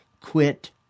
Quit